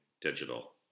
digital